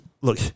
look